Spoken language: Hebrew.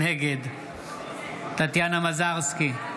נגד טטיאנה מזרסקי,